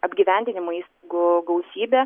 apgyvendinimo įstaigų gausybė